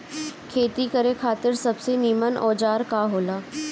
खेती करे खातिर सबसे नीमन औजार का हो ला?